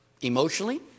emotionally